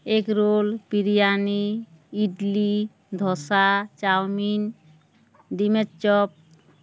egg roll biryani idli dosa chow mein ডিমের chop